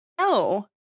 no